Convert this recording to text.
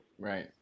Right